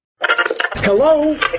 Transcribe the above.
Hello